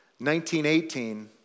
1918